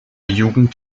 jugend